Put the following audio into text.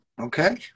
Okay